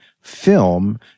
film